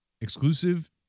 Exclusive